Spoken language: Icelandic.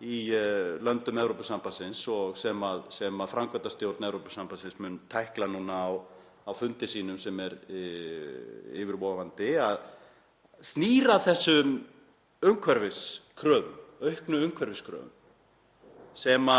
í löndum Evrópusambandsins sem framkvæmdastjórn Evrópusambandsins mun tækla núna á fundi sínum sem er yfirvofandi, snýr að þessum umhverfiskröfum, auknu umhverfiskröfum sem